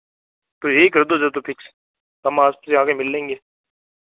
तो यही कर दो फिक्स हम आपसे आके मिल लेंगे